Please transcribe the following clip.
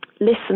listen